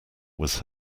was